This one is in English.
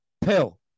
Pill